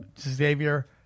Xavier